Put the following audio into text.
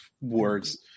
words –